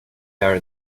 are